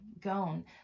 gone